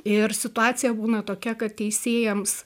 ir situacija būna tokia kad teisėjams